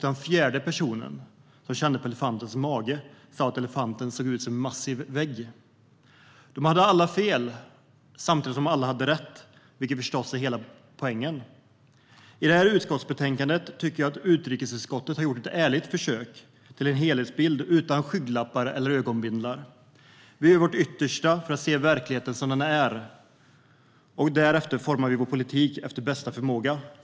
Den fjärde personen kände på elefantens mage och sa att elefanten såg ut som en massiv vägg. De hade alla fel samtidigt som de alla hade rätt, vilket förstås är hela poängen. I det här utskottsbetänkandet tycker jag att utrikesutskottet har gjort ett ärligt försök att ge en helhetsbild utan skygglappar eller ögonbindlar. Vi gör vårt yttersta för att se verkligheten som den är, och därefter formar vi vår politik efter bästa förmåga.